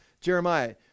Jeremiah